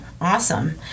Awesome